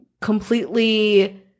completely